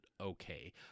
okay